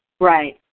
Right